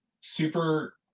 super